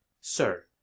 Sir